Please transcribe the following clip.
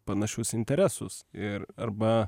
panašius interesus ir arba